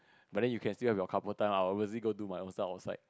but then you can still have your couple time I'll obviously go do my own stuff outside